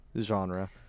genre